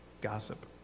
gossip